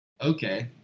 Okay